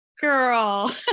girl